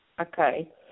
Okay